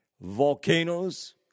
volcanoes